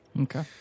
Okay